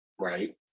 right